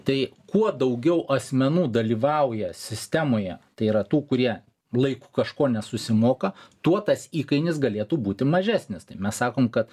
tai kuo daugiau asmenų dalyvauja sistemoje tai yra tų kurie laiku kažko nesusimoka tuo tas įkainis galėtų būti mažesnis tai mes sakom kad